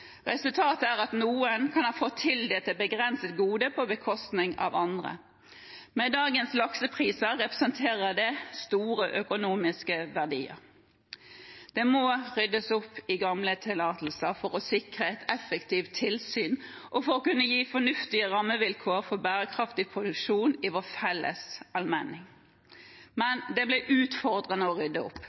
Resultatet er at noen kan ha fått tildelt et begrenset gode på bekostning av andre. Med dagens laksepriser representerer det store økonomiske verdier. Det må ryddes opp i gamle tillatelser for å sikre et effektivt tilsyn og for å kunne gi fornuftige rammevilkår for bærekraftig produksjon i vår felles allmenning. Men det blir utfordrende å rydde opp.